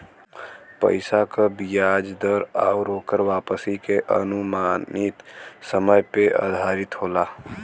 पइसा क बियाज दर आउर ओकर वापसी के अनुमानित समय पे आधारित होला